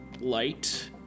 light